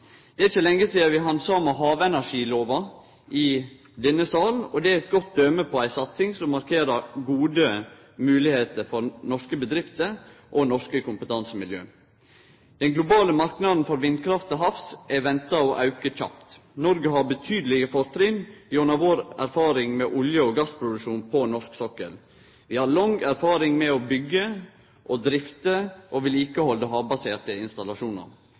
Det er ikkje lenge sidan vi handsama havenergilova i denne salen. Det er eit godt døme på ei satsing som markerer gode moglegheiter for norske bedrifter og norske kompetansemiljø. Den globale marknaden for vindkraft til havs er venta å auke kjapt. Noreg har betydelege fortrinn gjennom erfaring med olje- og gassproduksjon på norsk sokkel. Vi har lang erfaring med å byggje, drifte og vedlikehalde havbaserte installasjonar.